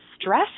stress